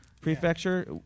prefecture